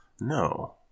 No